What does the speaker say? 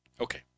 okay